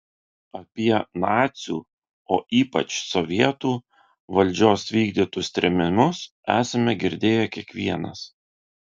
apie nacių o ypač sovietų valdžios vykdytus trėmimus esame girdėję kiekvienas